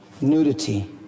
nudity